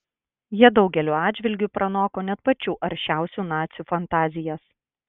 jie daugeliu atžvilgių pranoko net pačių aršiausių nacių fantazijas